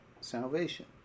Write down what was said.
salvation